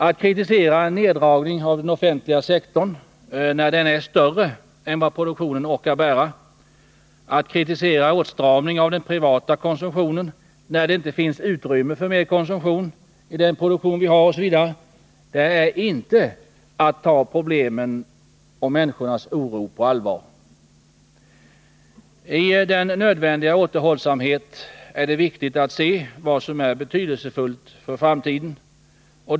Att kritisera neddragning av den offentliga sektorn när den är större än vad produktionen orkar bära, att kritisera åtstramning av den privata konsumtionen när det inte finns utrymme för mer konsumtion i den produktion vi har osv., det är inte att ta problemen och människornas oro på allvar. I vår nödvändiga återhållsamhet är det viktigt att se vad som är betydelsefullt för framtiden.